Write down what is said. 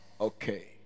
Okay